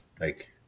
like-